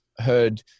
heard